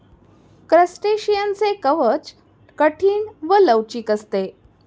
क्रस्टेशियनचे कवच कठीण व लवचिक असते